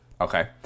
Okay